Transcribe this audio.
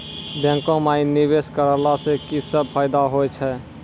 बैंको माई निवेश कराला से की सब फ़ायदा हो छै?